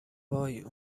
وای